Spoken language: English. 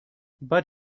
but